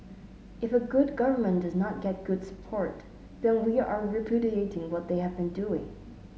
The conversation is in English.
if a good government does not get good support then we are repudiating what they have been doing